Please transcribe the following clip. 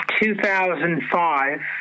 2005